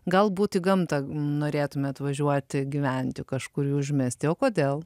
galbūt į gamtą norėtumėt važiuoti gyventi kažkur užmiesty o kodėl